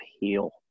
heal